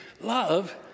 Love